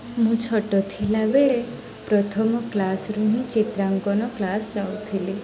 ମୁଁ ଛୋଟ ଥିଲା ବେଳେ ପ୍ରଥମ କ୍ଲାସ୍ରୁ ହିଁ ଚିତ୍ରାଙ୍କନ କ୍ଲାସ୍ ଯାଉଥିଲି